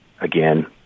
again